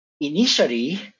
Initially